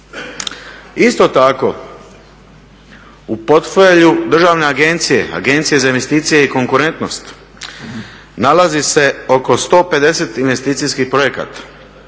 Isto tako u portfelju Državne agencije, Agencije za investicije i konkurentnost nalazi se oko 150 investicijskih projekata.